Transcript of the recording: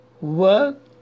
work